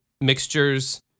mixtures